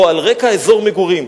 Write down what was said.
או על רקע אזור מגורים.